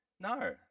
no